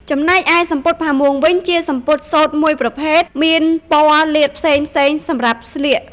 ចំណែកឯសំពត់ផាមួងវិញ ជាសំពត់សូត្រមួយប្រភេទមានព័ណ៌លាតផ្សេងៗសម្រាប់ស្លៀក។